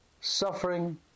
suffering